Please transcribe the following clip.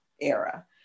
era